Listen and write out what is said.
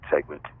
segment